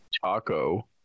taco